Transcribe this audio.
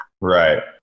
Right